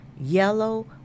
yellow